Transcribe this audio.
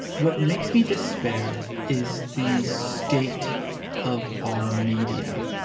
what makes me despair is the state of our media.